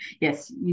Yes